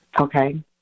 Okay